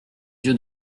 yeux